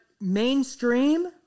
mainstream